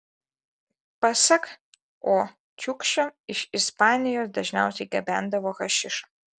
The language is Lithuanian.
pasak o čiukšio iš ispanijos dažniausiai gabendavo hašišą